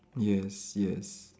yes yes